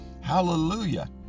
Hallelujah